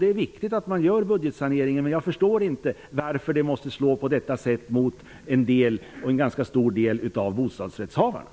Det är viktigt att göra en sådan, men jag förstår inte varför den måste slå på detta sätt mot en ganska stor del av bostadsrättshavarna.